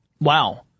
Wow